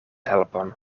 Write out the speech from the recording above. helpon